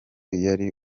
yari